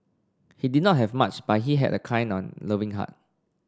he did not have much but he had a kind on loving heart